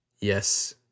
Yes